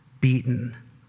beaten